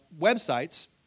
websites